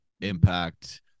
impact